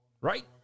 Right